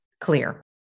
clear